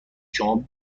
شما